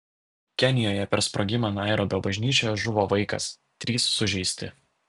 kenijoje per sprogimą nairobio bažnyčioje žuvo vaikas trys sužeisti